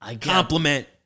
compliment